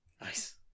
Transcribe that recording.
Nice